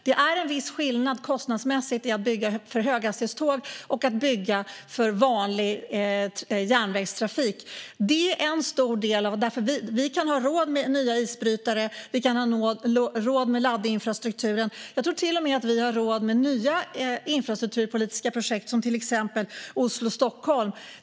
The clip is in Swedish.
Det är en viss skillnad kostnadsmässigt på att bygga för höghastighetståg och att bygga för vanlig järnvägstrafik. Det är en stor del. Därför kan vi ha råd med nya isbrytare och med laddinfrastrukturen. Jag tror till och med att vi har råd med nya infrastrukturpolitiska projekt, till exempel Oslo-Stockholm.